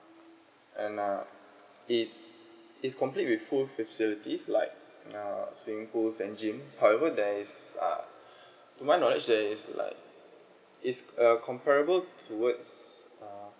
and uh is it's complete with full facilities like err swimming pools and gym however there is uh to my knowledge there is like it's uh comparable towards err